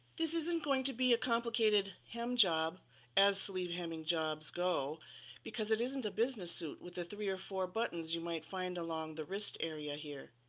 this isn't going to be a complicated hem job as sleeve hemming jobs go because it isn't a business suit with the three or four buttons you might find along the wrist area here.